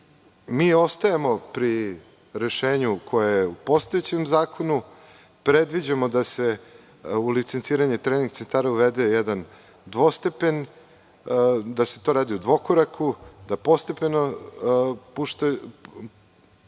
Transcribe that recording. ostajemo pri rešenju koje je u postojećem zakonu. Predviđamo da se u licenciranje trening centara uvede jedan dvostepen, da se to radi u dvokoraku, da postepeno uvode